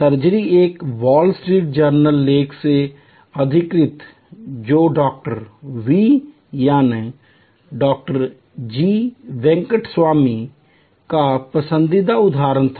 surgery एक Wall Street Journal लेख से उद्धृत जो डॉ वी याने डॉ जी वेंकटस्वामी का पसंदीदा उद्धरण था